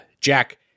Jack